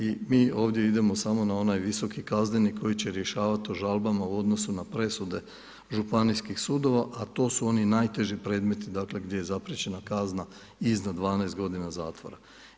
I mi ovdje idemo samo na onaj Visoki kazneni koji će rješavati o žalbama u odnosu na presude županijskih sudova a to su oni najteži predmeti dakle gdje je zapriječena kazna iznad 12 godina zatvora.